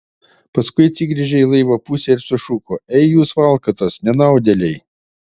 paskui atsigręžė į laivo pusę ir sušuko ei jūs valkatos nenaudėliai